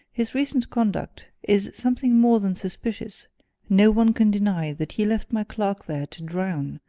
his recent conduct is something more than suspicious no one can deny that he left my clerk there to drown,